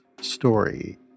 story